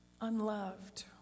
unloved